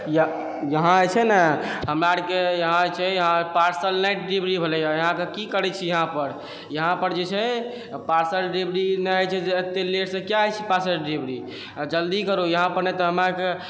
यहाँ जे छै ने हमे आरके यहाँ जे छै अहाँके पार्सल नहि डिलीवरी भेलैए अहाँ की करै छी यहाँपर यहाँपर जे छै पार्सल डिलीवरी नहि होइ छै जे एते लेटसँ किया होइ छै पार्सल डिलीवरी जल्दी करु यहाँपर नहि तऽ हमरा आरके